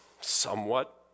somewhat